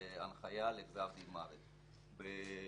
להנחיה לגזר דין מוות באיו"ש.